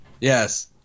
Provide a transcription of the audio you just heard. Yes